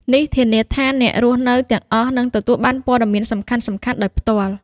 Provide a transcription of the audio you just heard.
នេះធានាថាអ្នករស់នៅទាំងអស់នឹងទទួលបានព័ត៌មានសំខាន់ៗដោយផ្ទាល់។